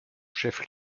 chef